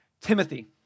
Timothy